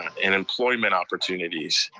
and employment opportunities.